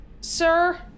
Sir